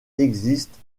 existe